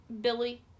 Billy